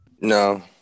No